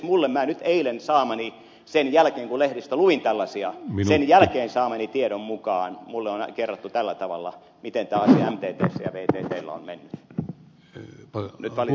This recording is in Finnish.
minä nyt eilen saamani sen jälkeen kun lehdestä luin tällaisia sen jälkeen saamani tiedon mukaan minulle on kerrottu tällä tavalla miten tämä asia mttssä ja vttllä on mennyt